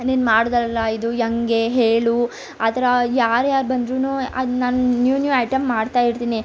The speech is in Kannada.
ನೀನು ಮಾಡಿದ್ರಲ್ಲ ಇದು ಹೆಂಗೆ ಹೇಳು ಆ ಥರ ಯಾರು ಯಾರು ಬಂದರೂನು ಅದು ನಾನು ನ್ಯೂ ನ್ಯೂ ಐಟೆಮ್ ಮಾಡ್ತಾಯಿರ್ತೀನಿ